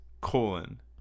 colon